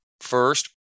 first